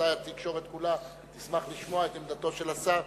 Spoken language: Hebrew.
ודאי התקשורת כולה תשמח לשמוע את עמדתו של השר.